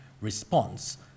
response